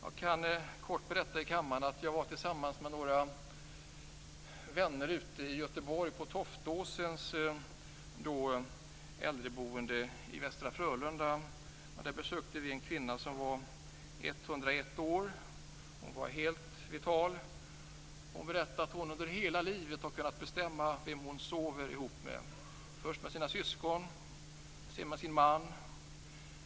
Jag kan kort berätta för kammarens ledamöter att jag tillsammans med några vänner i Göteborg var ute på Toftåsens äldreboende i Västra Frölunda. Där besökte vi en kvinna som var 101 år. Hon var helt vital. Hon berättade att hon under hela livet har kunnat bestämma vem hon skulle sova ihop med: först med sina syskon och sedan med sin man.